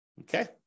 okay